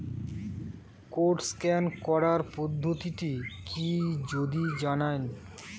Code scan করার পদ্ধতিটি কি যদি জানান?